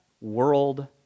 World